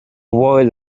while